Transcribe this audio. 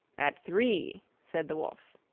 at three, said the wolf.